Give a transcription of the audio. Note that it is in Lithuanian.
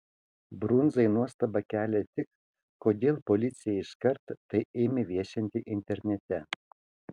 brundzai nuostabą kelia tik kodėl policija iškart tai ėmė viešinti internete